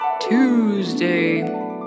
Tuesday